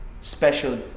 special